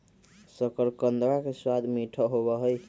शकरकंदवा के स्वाद मीठा होबा हई